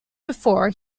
before